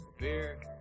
beer